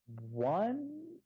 One